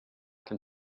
can